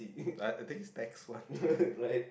I I think taxi one